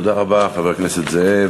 תודה רבה, חבר הכנסת זאב.